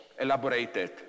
elaborated